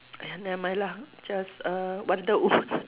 !aiya! never mind lah just err wonder woman